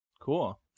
Cool